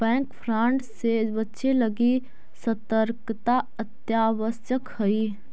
bank fraud से बचे लगी सतर्कता अत्यावश्यक हइ